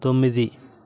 తొమ్మిది